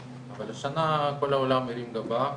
אבל השנה כל השנה הרים גבה,